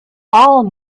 all